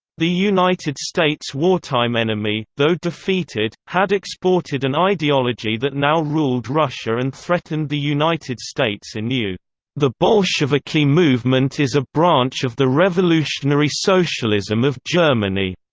the united states' wartime enemy, though defeated, had exported an ideology that now ruled russia and threatened the united states anew the bolsheviki movement is a branch of the revolutionary socialism of germany.